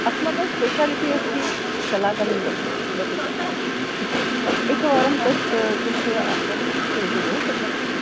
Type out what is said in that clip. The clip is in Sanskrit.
अस्माकं स्पेषालिटि अस्ति कलाकन्द् वटिका इच्छति वा एकवारं तत् तस्य आस्वादं स्वीकरोतु बहु सम्यकस्ति